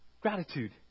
gratitude